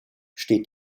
steht